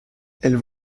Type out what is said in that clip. elles